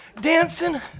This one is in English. Dancing